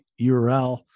URL